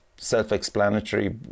Self-explanatory